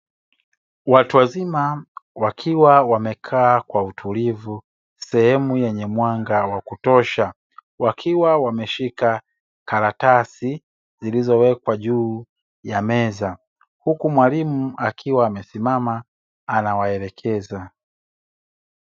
Watu wazima wakiwa wamekaa kwa utulivu sehemu yenye mwanga wa kutosha, wakiwa wameshika karatasi zilizowekwa juu ya meza huku mwalimu akiwa amesimama anawaelekeza.